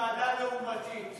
לוועדת הפנים.